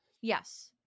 Yes